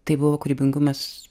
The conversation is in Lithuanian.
tai buvo kūrybingumas